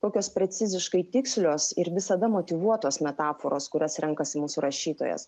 kokios preciziškai tikslios ir visada motyvuotos metaforos kurias renkasi mūsų rašytojas